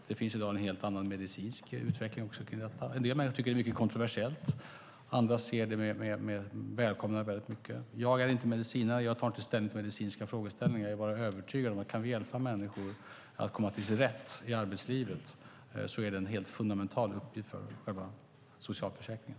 Det finns i dag en helt annan medicinsk utveckling när det gäller detta. En del tycker att detta är kontroversiellt. Andra välkomnar det. Jag är inte medicinare och tar inte ställning i medicinska frågor. Jag är dock övertygad att om vi kan hjälpa människor att komma till sin rätt i arbetslivet är det en fundamental uppgift för socialförsäkringen.